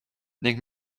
ning